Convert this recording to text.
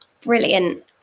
Brilliant